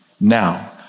Now